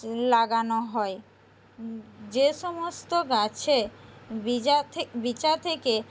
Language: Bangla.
লাগানো হয় যে সমস্ত গাছে বীজা বীচা থেকে